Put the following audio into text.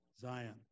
zion